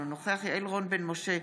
אינו נוכח יעל רון בן משה,